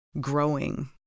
growing